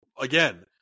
Again